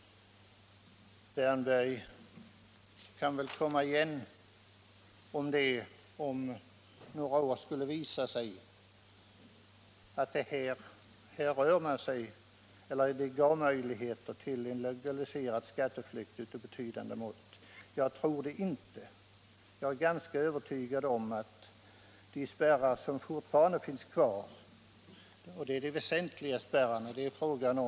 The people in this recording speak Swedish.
Om det efter några år skulle visa sig att detta verkligen ger legala möjligheter till skatteflykt av betydande mått — vilket jag inte tror — kan herr Wärnberg väl komma igen. Jag är dock ganska övertygad om att de spärrar som fortfarande finns kvar är tillräckliga. Det är ju de väsentliga spärrarna.